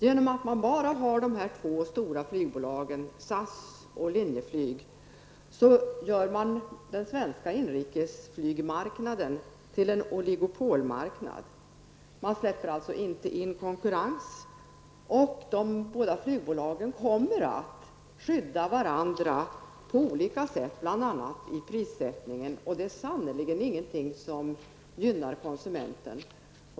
Genom att bara ha dessa två stora flygbolag, SAS och Linjeflyg, gör man den svenska inrikesflygmarknaden till en oligopolmarknad. Man släpper alltså inte in konkurrens. De båda flygbolagen kommer att skydda varandra på olika sätt, bl.a. i prissättningen. Det är sannerligen inte någonting som gynnar konsumenten.